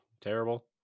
Terrible